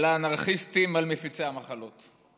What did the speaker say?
על האנרכיסטים, על מפיצי המחלות.